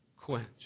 quenched